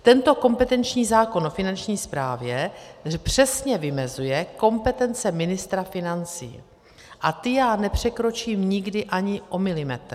Tento kompetenční zákon o Finanční správě přesně vymezuje kompetence ministra financí a ty já nepřekročím nikdy ani o milimetr.